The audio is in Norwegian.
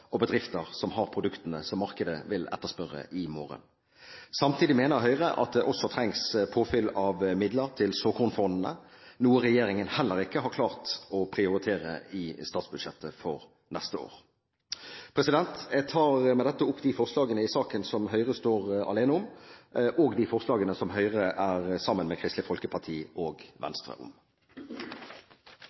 og bedrifter som har produktene som markedet vil etterspørre i morgen. Samtidig mener Høyre at det også trengs påfyll av midler til såkornfondene, noe regjeringen heller ikke har klart å prioritere i statsbudsjettet for neste år. Jeg tar med dette opp de forslagene i saken som Høyre står alene om, og de forslagene som Høyre er sammen med Kristelig Folkeparti og Venstre om.